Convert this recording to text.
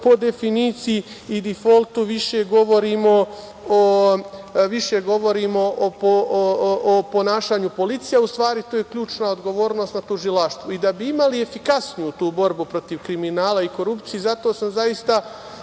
po definiciji i difoltu više govorimo o ponašanju policije, a u stvari tu je ključna odgovornost na tužilaštvu. Da bi imali efikasniju tu borbu protiv kriminala i korupcije, zato samo zaista